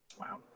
Wow